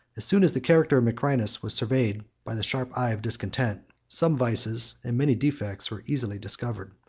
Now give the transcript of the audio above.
as soon as the character of macrinus was surveyed by the sharp eye of discontent, some vices, and many defects, were easily discovered.